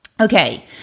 Okay